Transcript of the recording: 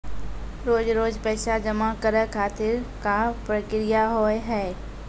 रोज रोज पैसा जमा करे खातिर का प्रक्रिया होव हेय?